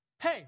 Hey